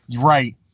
Right